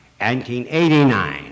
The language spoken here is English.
1989